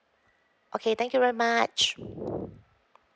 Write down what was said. okay thank you very much